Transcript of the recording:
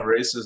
racism